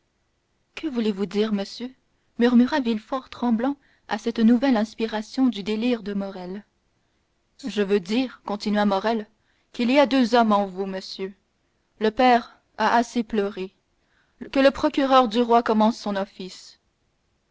que voulez-vous dire monsieur murmura villefort tremblant à cette nouvelle inspiration du délire de morrel je veux dire continua morrel qu'il y a deux hommes en vous monsieur le père a assez pleuré que le procureur du roi commence son office